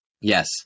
yes